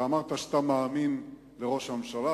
אמרת שאתה מאמין לראש הממשלה,